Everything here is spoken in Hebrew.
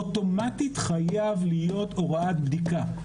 אוטומטית חייב להיות הוראת בדיקה.